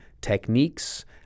techniques